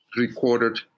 recorded